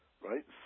Right